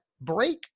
break